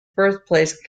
birthplace